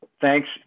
thanks